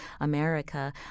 America